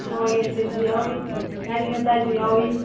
ꯍꯋꯥꯏꯒꯤ ꯑꯥꯏꯇꯦꯃꯁꯨ ꯌꯥꯎꯔꯤ ꯉꯔꯤ ꯉꯇꯥꯏꯁꯨ ꯌꯥꯎꯏ